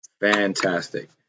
Fantastic